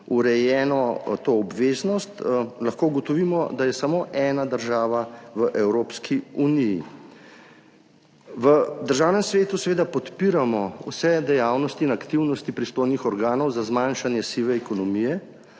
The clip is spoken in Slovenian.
urejeno to obveznost, lahko ugotovimo, da je samo ena taka država v Evropski uniji. V Državnem svetu seveda podpiramo vse dejavnosti in aktivnosti pristojnih organov za zmanjšanje sive ekonomije,